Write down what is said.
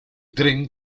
tren